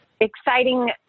exciting